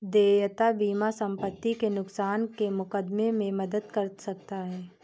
देयता बीमा संपत्ति के नुकसान के मुकदमे में मदद कर सकता है